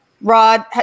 Rod